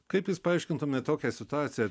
kaip jūs paaiškintumėt tokią situaciją